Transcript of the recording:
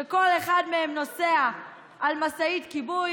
שכל אחד מהם נוסע על משאית כיבוי